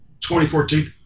2014